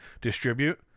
distribute